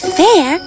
fair